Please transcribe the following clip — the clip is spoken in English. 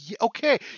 okay